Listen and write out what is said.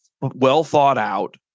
well-thought-out